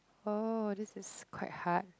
oh this is quite hard